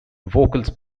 vocals